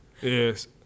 yes